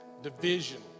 Division